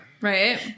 Right